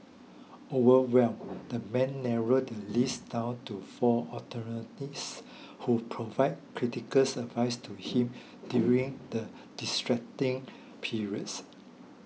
overwhelmed the man narrowed the list down to four attorneys who provide critical advice to him during the distracting periods